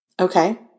Okay